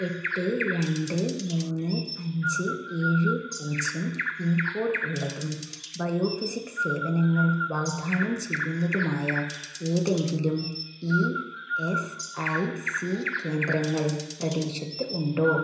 എട്ട് രണ്ട് മൂന്ന് അഞ്ച് ഏഴ് പൂജ്യം പിൻ കോഡ് ഉള്ളതും ബയോ ഫിസിക്സ് സേവനങ്ങൾ വാഗ്ദാനം ചെയ്യുന്നതുമായ ഏതെങ്കിലും ഇ എസ് ഐ സി കേന്ദ്രങ്ങൾ പ്രദേശത്ത് ഉണ്ടോ